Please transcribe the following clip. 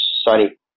sorry